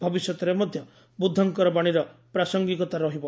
ଭବିଷ୍ୟତରେ ମଧ୍ୟ ବୁଦ୍ଧଙ୍କର ବାଣୀର ପ୍ରାସଙ୍ଗିକତା ରହିବ